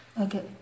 Okay